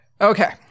Okay